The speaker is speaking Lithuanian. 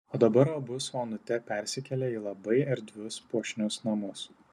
o dabar abu su onute persikėlė į labai erdvius puošnius namus